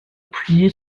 appuyé